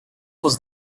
was